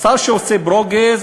השר שעושה ברוגז,